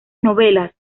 novelas